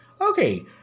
Okay